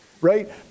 Right